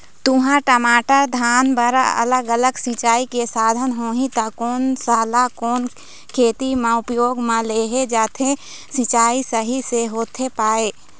तुंहर, टमाटर, धान बर अलग अलग सिचाई के साधन होही ता कोन सा ला कोन खेती मा उपयोग मा लेहे जाथे, सिचाई सही से होथे पाए?